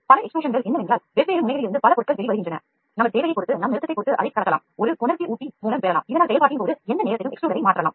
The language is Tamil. பல வெளியேற்றங்கள் என்னவென்றால் வெவ்வேறு முனைகளிலிருந்து பல பொருட்கள் நமது தேவையைப் பொறுத்து வெளிவருகின்றன ஒரு கொணர்வி ஊட்டிமூலம் செயல்பாட்டின்போது எந்த நேரத்திலும் வெளியேற்றக் கூறினை மாற்றலாம்